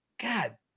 God